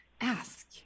ask